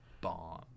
bomb